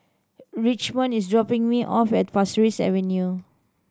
Richmond is dropping me off at Pasir Ris Avenue